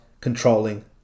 controlling